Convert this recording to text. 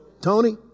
Tony